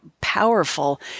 powerful